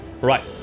Right